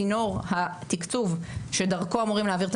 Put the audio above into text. צינור התקצוב דרכו אמורים להעביר את